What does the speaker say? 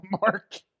mark